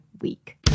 week